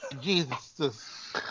Jesus